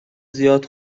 زیاد